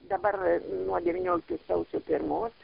dabar nuo devynioliktų sausio pirmos